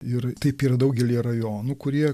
ir taip yra daugelyje rajonų kurie